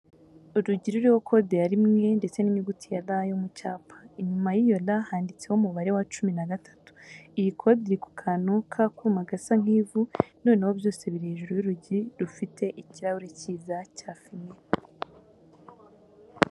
Urugi ruriho kode ya rimwe ndetse n'inyuguti ya R yo mu cyapa, inyuma y'iyo R handitseho umubare wa cumi na gatatu. Iyi kode iri ku kantu k'akuma gasa nk'ivu, noneho byose biri hejuru y'urugi rufite ikirahuri cyiza cya fime.